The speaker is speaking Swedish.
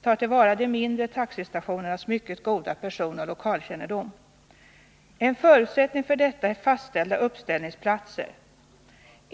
tar till vara de mindre taxistationernas mycket goda personoch lokalkännedom. En förutsättning för detta är fastställda uppställningsplatser.